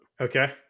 Okay